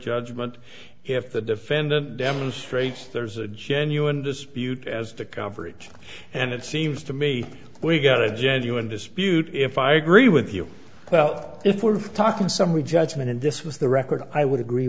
judgment if the defendant demonstrates there's a genuine dispute as to coverage and it seems to me we've got a genuine dispute if i agree with you well if we're talking summary judgment and this was the record i would agree